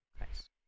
Nice